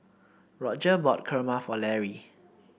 Rodger bought Kurma for Larry